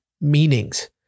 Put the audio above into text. meanings